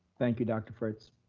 thank you, dr. fritz.